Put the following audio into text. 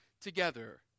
together